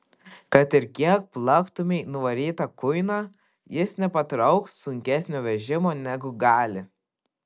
kad ir kiek plaktumei nuvarytą kuiną jis nepatrauks sunkesnio vežimo negu gali